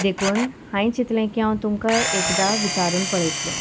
देखून हांयें चितलें की हांव तुमकां एकदां विचारून पळयतलें